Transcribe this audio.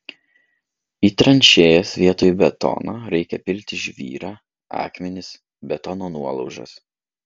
į tranšėjas vietoj betono reikia pilti žvyrą akmenis betono nuolaužas